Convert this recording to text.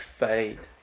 fade